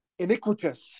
iniquitous